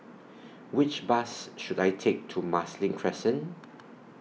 Which Bus should I Take to Marsiling Crescent